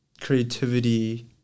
creativity